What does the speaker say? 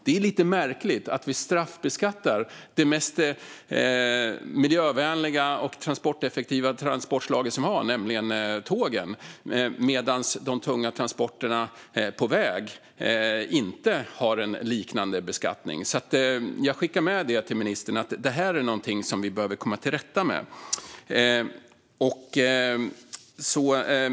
Det är lite märkligt att vi straffbeskattar det mest miljövänliga och transporteffektiva transportslag som vi har, nämligen tågen, medan de tunga transporterna på väg inte har en liknande beskattning. Jag skickar med till ministern att detta är någonting som vi behöver komma till rätta med.